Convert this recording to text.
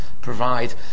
provide